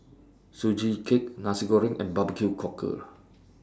Sugee Cake Nasi Goreng and Barbecue Cockle